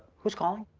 who's calling?